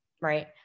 right